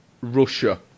Russia